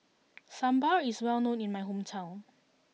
Sambar is well known in my hometown